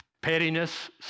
pettiness